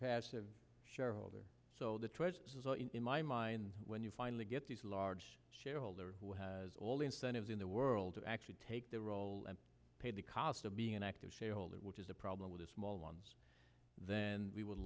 passive shareholder so in my mind when you finally get these large shareholder who has all the incentives in the world to actually take the role and pay the cost of being an active shareholder which is a problem with the small ones then we would